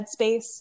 headspace